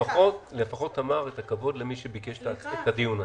תמר, לפחות את הכבוד למי שביקש את הדיון הזה.